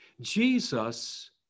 Jesus